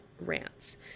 rants